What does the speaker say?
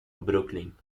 brooklyn